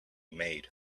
made